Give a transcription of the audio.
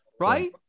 right